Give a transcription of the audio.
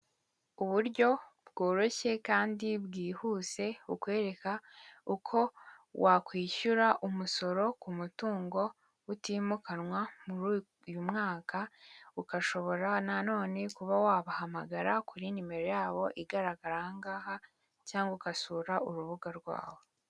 Uburyo bworoshye kandi bwihuse bukwereka uko wakwishyura umusoro ku mutungo utimukanwa muri uyu mwaka, ukashobora nanone kuba wabahamagara kuri nimero yabo igaragaraha cyangwa ugasura urubuga rwabo.